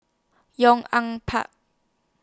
Yong An Park